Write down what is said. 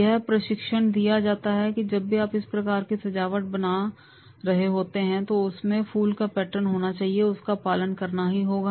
यह प्रशिक्षण दिया जाता है कि जब भी आप इस प्रकार की सजावट बना रहे होते हैं तो उसमें फूल का पैटर्न होना चाहिए और उसका पालन करना ही होगा